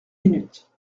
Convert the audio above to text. minutes